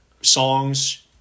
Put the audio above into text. songs